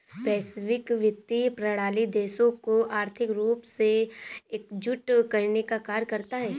वैश्विक वित्तीय प्रणाली देशों को आर्थिक रूप से एकजुट करने का कार्य करता है